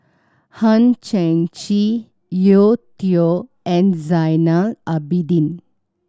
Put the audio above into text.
Hang Chang Chieh Yeo Tong and Zainal Abidin